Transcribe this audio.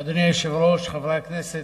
אדוני היושב-ראש, חברי הכנסת,